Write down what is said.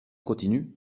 continue